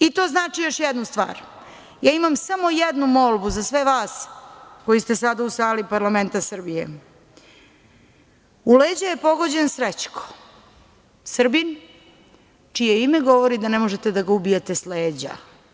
I to znači još jednu stvar, ja imamo samo jednu molbu za sve vas koji ste sada u sali parlamenta Srbije – u leđa je pogođen Srećko, Srbin, čije ime govori da ne možete da ga ubijete s leđa.